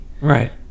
Right